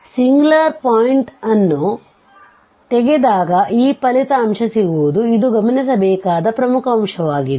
ಇಲ್ಲಿ singular point ನ್ನುತೆಗೆದಾಗ ಈ ಫಲಿತಾಂಶ ಸಿಗುವುದು ಇದು ಗಮನಿಸಬೇಕಾದ ಪ್ರಮುಖ ಅಂಶವಾಗಿದೆ